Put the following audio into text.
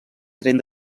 tren